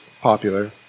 popular